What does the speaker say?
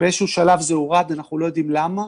באיזשהו שלב זה הורד, אנחנו לא יודעים למה,